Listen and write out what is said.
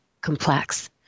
complex